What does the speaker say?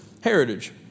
heritage